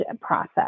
process